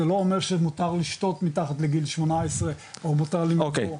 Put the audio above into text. זה לא אומר שמותר לשתות מתחת לגיל 18. אוקי,